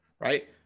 right